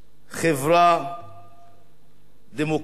חברה דמוקרטית,